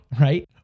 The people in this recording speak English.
right